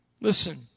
Listen